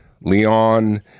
Leon